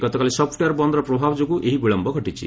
ଗତକାଲି ସଫ୍ଟୱେୟାର୍ ବନ୍ଦ୍ର ପ୍ରଭାବ ଯୋଗୁଁ ଏହି ବିଳମ୍ବ ଘଟିଛି